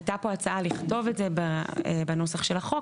עלתה פה הצעה לכתוב את זה בנוסח של החוק,